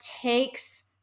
takes